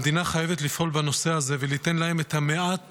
המדינה חייבת לפעול בנושא הזה וליתן להם את המעט